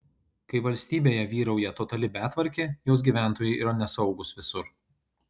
kai valstybėje vyrauja totali betvarkė jos gyventojai yra nesaugūs visur